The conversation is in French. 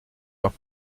pas